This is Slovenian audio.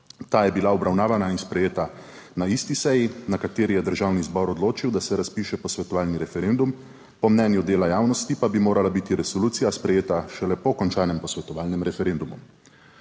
Ta je bila obravnavana in sprejeta na isti seji, na kateri je Državni zbor odločil, da se razpiše posvetovalni referendum, po mnenju dela javnosti pa bi morala biti resolucija sprejeta šele po končanem posvetovalnem referendumu.